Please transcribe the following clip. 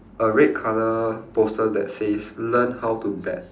a red colour poster that says learn how to bet